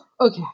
okay